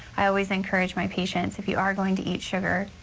i always encourage my patients, if you are going to eat sugar,